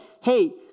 hey